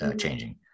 changing